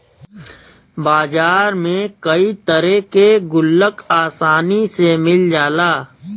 बाजार में कई तरे के गुल्लक आसानी से मिल जाला